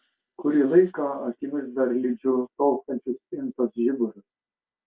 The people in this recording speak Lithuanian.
kurį laiką akimis dar lydžiu tolstančius intos žiburius